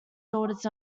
daughters